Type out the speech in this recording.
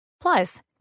Plus